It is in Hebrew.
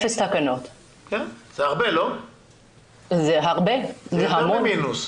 זה הרבה, זה יותר ממינוס.